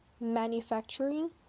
manufacturing